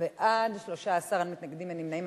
בעד, 13, אין מתנגדים, אין נמנעים.